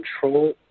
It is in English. control